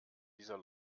dieser